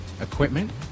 equipment